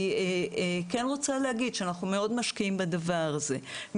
אני כן רוצה להגיד שאנחנו מאוד משקיעים בדבר הזה.